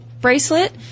bracelet